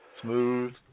smooth